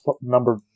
number